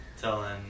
telling